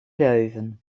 leuven